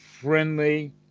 friendly